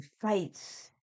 fights